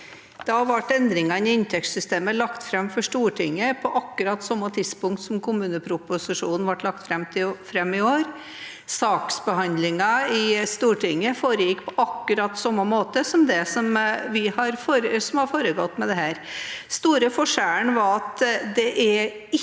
i 2017, ble endringene i inntektssystemet lagt fram for Stortinget på akkurat samme tidspunkt som kommuneproposisjonen ble lagt fram i år. Saksbehandlingen i Stortinget foregikk på akkurat samme måte som den har foregått med dette. Den store forskjellen er at det ikke var